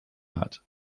hat